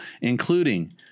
including